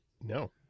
No